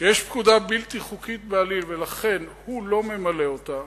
שיש פקודה בלתי חוקית בעליל ולכן הוא לא ממלא אותה,